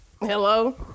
hello